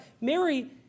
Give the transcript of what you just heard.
Mary